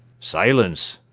silence!